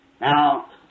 Now